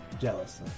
Jealous